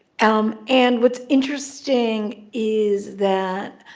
um and what's interesting is that